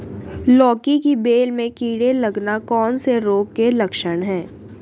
लौकी की बेल में कीड़े लगना कौन से रोग के लक्षण हैं?